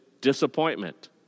disappointment